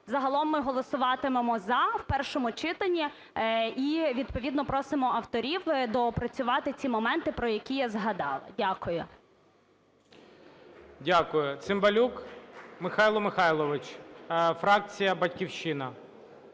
Загалом ми голосуватимемо "за" в першому читанні і, відповідно, просимо авторів доопрацювати ці моменти, про які я згадала. Дякую. ГОЛОВУЮЧИЙ. Дякую. Цимбалюк Михайло Михайлович, фракція "Батьківщина".